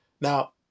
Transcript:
Now